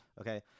Okay